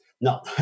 No